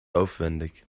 aufwendig